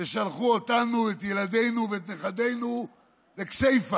ושלחו אותנו, את ילדינו ואת נכדינו לכסיפה,